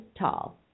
Tall